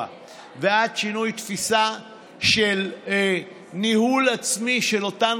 ועד שינוי תפיסה של ניהול עצמי של אותן